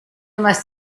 más